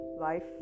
Life